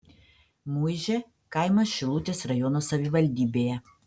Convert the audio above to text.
muižė kaimas šilutės rajono savivaldybėje